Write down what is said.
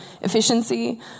efficiency